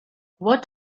what